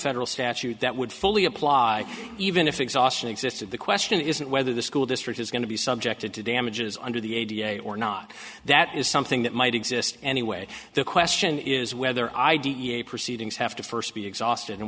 federal statute that would fully apply even if exhaustion existed the question isn't whether the school district is going to be subjected to damages under the a da or not that is something that might exist anyway the question is whether i d e a proceedings have to first be exhausted and